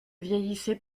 vieillissait